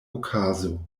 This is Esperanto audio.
okazo